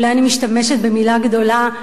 אולי אני משתמשת במלה גדולה,